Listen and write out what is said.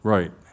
Right